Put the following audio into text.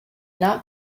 not